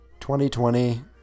2020